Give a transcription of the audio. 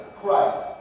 Christ